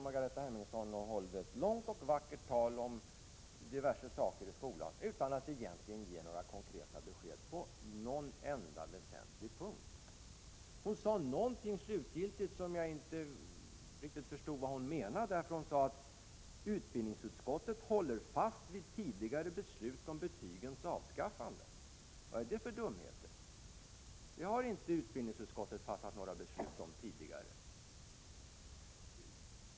Margareta Hemmingsson höll ett långt och vackert tal om diverse saker i skolan utan att egentligen ge konkret besked på någon enda väsentlig punkt. Slutligen sade hon något som jag inte riktigt förstod. Hon sade att utbildningsutskottet håller fast vid tidigare beslut om betygens avskaffande. Vad är det för dumheter? Utbildningsutskottet har inte fattat några beslut om det tidigare.